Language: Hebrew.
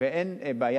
ואין בעיה.